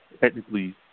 technically